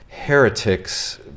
heretics